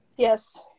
Yes